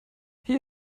hier